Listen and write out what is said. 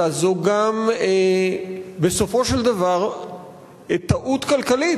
אלא זו גם בסופו של דבר טעות כלכלית.